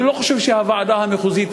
אני לא חושב שהוועדה המחוזית,